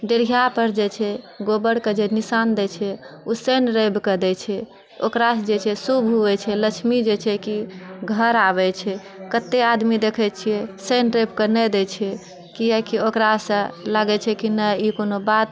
दरगाह पर जे छै गोबरके निशान देइ छै ओ शनि रविके देइ छै ओकरासँ जे छै शुभ होइ छै लक्ष्मी जे छै कि घर आबै छै कते आदमी देखै छिऐ शनि रविके नहि देइ छै किआकि ओकरासँ लगै छै कि नहि कोनो बात